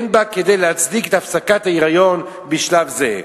אין בה כדי להצדיק את הפסקת ההיריון בשלב זה.